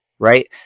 right